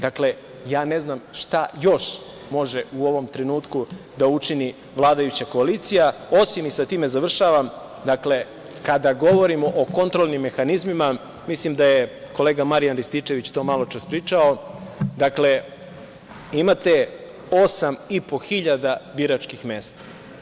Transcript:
Dakle, ja ne znam šta još može u ovom trenutku da učini vladajuća koalicija osim, i sa time završavam, dakle, kada govorimo o kontrolnim mehanizmima, mislim da je kolega Marijan Rističević to maločas pričao, imate osam i po hiljada biračkih mesta.